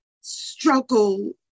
struggle